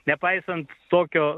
nepaisant tokio